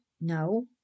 No